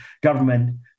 government